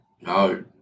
No